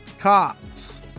Cops